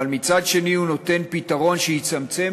אבל מצד שני הוא נותן פתרון שיצמצם